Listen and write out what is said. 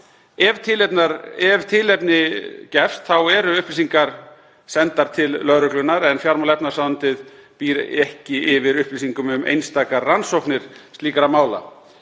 Ef tilefni gefst eru upplýsingar sendar til lögreglunnar, en fjármála- og efnahagsráðuneytið býr ekki yfir upplýsingum um einstakar rannsóknir slíkra mála.